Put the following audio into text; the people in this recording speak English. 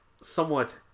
somewhat